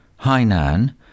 Hainan